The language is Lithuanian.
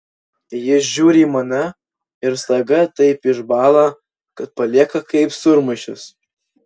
jis žiūri į mane ir staiga taip išbąla kad palieka kaip sūrmaišis